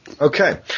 Okay